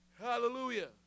Hallelujah